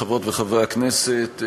חברות וחברי הכנסת,